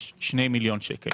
יש 2 מיליון שקל